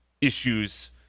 issues